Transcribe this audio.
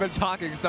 but talking so